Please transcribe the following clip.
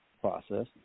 process